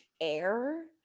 air